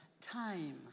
time